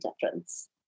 difference